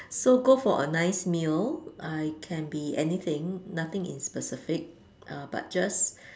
so go for a nice meal I can be anything nothing in specific but just